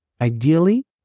Ideally